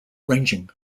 ranging